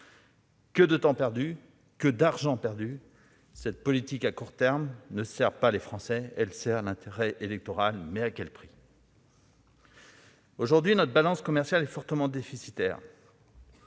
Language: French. Que de temps perdu ! Que d'argent perdu ! Cette politique à court terme ne sert pas les Français : l'intérêt électoral passe avant, mais à quel prix ? Aujourd'hui, notre balance commerciale est fortement déficitaire